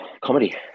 Comedy